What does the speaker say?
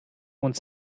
und